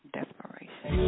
Desperation